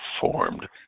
formed